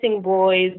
boys